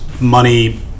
money